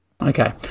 Okay